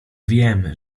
wiem